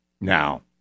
Now